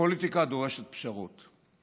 הפוליטיקה דורשת פשרות.